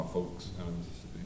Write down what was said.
folks